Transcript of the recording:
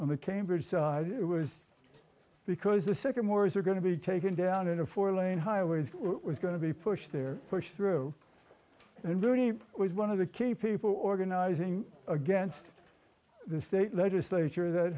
on the cambridge side it was because the second mores were going to be taken down in a four lane highway is what was going to be pushed there pushed through and looney was one of the key people organizing against the state legislature that